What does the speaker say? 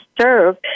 serve